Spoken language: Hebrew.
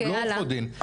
שהן לא עורכות דין,